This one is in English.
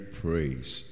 praise